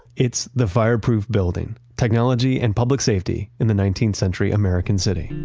it's the fireproof building technology and public safety in the nineteenth century american setting.